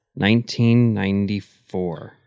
1994